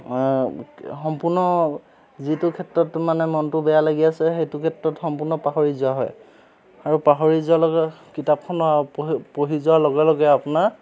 সম্পূৰ্ণ যিটো ক্ষেত্ৰত মানে মনটো বেয়া লাগি আছে সেইটো ক্ষেত্ৰত সম্পূৰ্ণ পাহৰি যোৱা হয় আৰু পাহৰি যোৱাৰ লগে কিতাপখনৰ প পঢ়ি যোৱাৰ লগে লগে আপোনাৰ